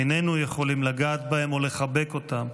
איננו יכולים לגעת בהם או לחבק אותם,